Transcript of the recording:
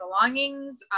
belongings